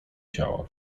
ciała